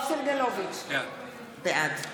עפר שלח, בעד פנינה תמנו, בעד